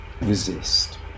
resist